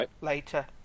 later